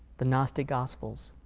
the gnostic gospels,